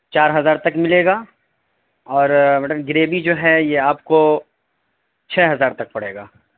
چار ہزار تک ملے گا اور مٹن گریوی جو ہے یہ آپ کو چھ ہزار تک پڑے گا